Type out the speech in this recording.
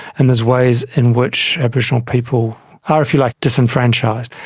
and there's ways in which aboriginal people are if you like disenfranchised.